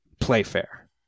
Playfair